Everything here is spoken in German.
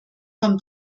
von